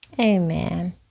Amen